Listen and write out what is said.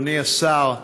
אדוני השר,